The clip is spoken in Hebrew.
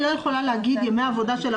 יכול להיות שהיום הראשון שהוא נעדר בו מהעבודה,